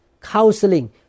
counseling